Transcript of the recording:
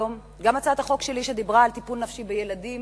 גם הצעת החוק שדיברה על טיפול נפשי בילדים